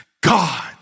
God